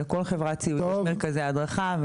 לכל חברת סיעוד יש מרכזי הדרכה.